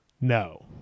No